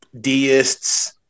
Deists